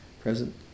present